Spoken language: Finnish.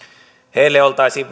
heille oltaisiin